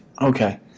okay